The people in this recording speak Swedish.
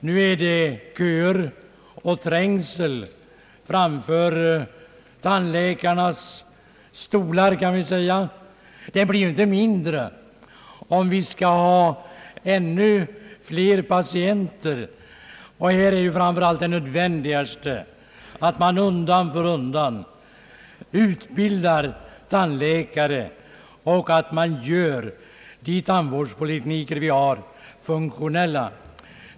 Nu är det ju köer och trängsel framför tandläkarnas stolar, och de köerna blir ju inte mindre om det skall bli ännu fler patienter. Framför allt är det nödvändigt att undan för undan utbilda tandläkare och att göra de tandvårdskliniker vi har funktionella.